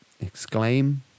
Exclaim